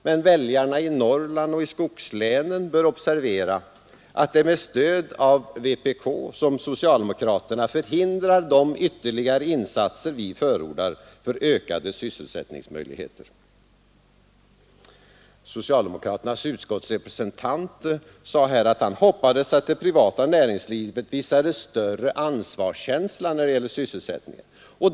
Men väljarna i Norrland och i skogslänen bör observera att det är med stöd av vpk som socialdemokraterna förhindrar de ytterligare insatser vi förordar för ökade sysselsättningsmöjligheter. Socialdemokraternas utskottsrepresentant sade tidigare i debatten att han hoppades att det privata näringslivet skulle visa större ansvarskänsla när det gällde sysselsättningen.